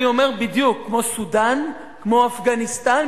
אני אומר בדיוק, וכמו אפגניסטן.